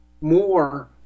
more